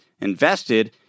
invested